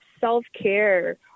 self-care